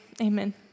Amen